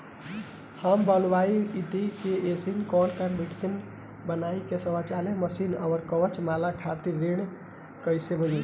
हम हलुवाई हईं त ए.सी शो कैशमिठाई बनावे के स्वचालित मशीन और कच्चा माल खातिर ऋण कइसे मिली?